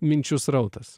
minčių srautas